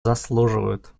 заслуживают